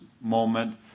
moment